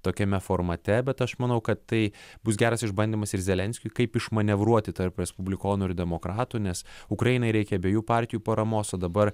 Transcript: tokiame formate bet aš manau kad tai bus geras išbandymas ir zelenskiui kaip išmanevruoti tarp respublikonų ir demokratų nes ukrainai reikia abiejų partijų paramos o dabar